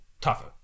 tougher